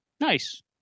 Nice